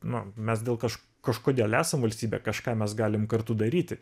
na mes dėl kažko kažkodėl esam valstybė kažką mes galim kartu daryti